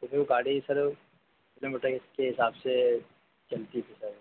तो जो गाड़ी सर किलोमीटर के हिसाब से चलती है सर